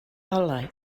olau